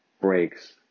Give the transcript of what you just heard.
breaks